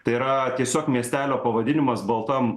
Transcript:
tai yra tiesiog miestelio pavadinimas baltam